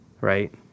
right